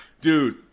Dude